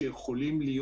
אנשים שיכולים להיות